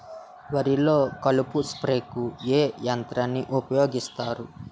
వరిలో కలుపు స్ప్రేకు ఏ యంత్రాన్ని ఊపాయోగిస్తారు?